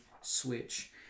switch